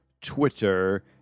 Twitter